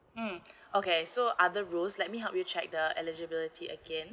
hmm okay so other rules let me help you check the eligibility again